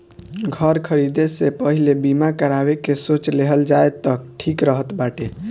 घर खरीदे से पहिले बीमा करावे के सोच लेहल जाए तअ ठीक रहत बाटे